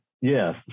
Yes